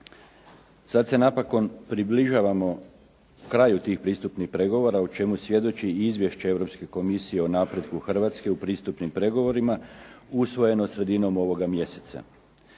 Sad se napokon približavamo kraju tih pristupnih pregovora, o čemu svjedoči i izvješće Europske Komisije o napretku Hrvatske u pristupnim pregovorima, usvojeno sredinom ovoga mjeseca,